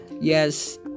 Yes